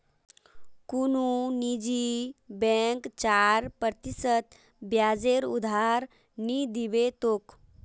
कुनु निजी बैंक चार प्रतिशत ब्याजेर उधार नि दीबे तोक